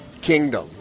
Kingdom